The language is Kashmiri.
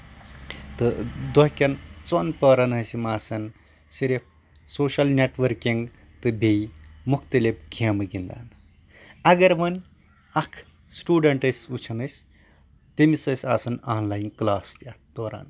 تہٕ دۄہ کٮ۪ن ژوٚن پَہرن ٲسۍ یِم آسان صرف سوشل نیٹؤرکِنٛگ تہٕ بیٚیہِ مُختلِف گیمہٕ گنٛدان اَگر وۄنۍ اکھ سٹوڈنٹ أسۍ وُچھان ٲسۍ تٔمِس ٲسۍ آسان ان لیٚن کٕلاس یَتھ دوران